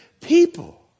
people